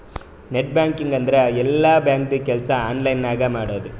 net banking ಅಂದುರ್ ಎಲ್ಲಾ ಬ್ಯಾಂಕ್ದು ಕೆಲ್ಸಾ ಆನ್ಲೈನ್ ನಾಗೆ ಮಾಡದು